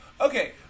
okay